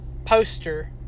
poster